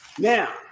now